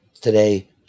Today